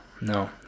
no